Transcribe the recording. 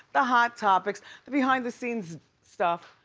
the hot topics, the behind the scenes stuff,